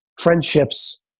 friendships